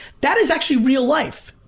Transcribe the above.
that is actually real life.